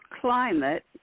climate